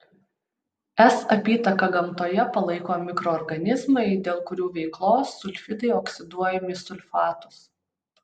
s apytaką gamtoje palaiko mikroorganizmai dėl kurių veiklos sulfidai oksiduojami į sulfatus